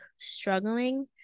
struggling